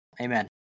amen